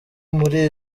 muri